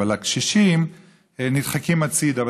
אבל הקשישים נדחקים הצידה,